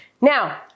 now